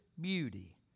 beauty